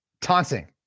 Taunting